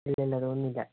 ഇല്ല ഇല്ല തോന്നുന്നില്ല